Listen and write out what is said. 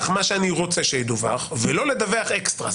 מה שאני רוצה שידווח ולא לדווח אקסטרה.